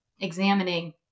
examining